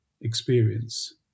experience